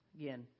again